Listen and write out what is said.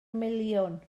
miliwn